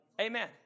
Amen